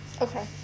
Okay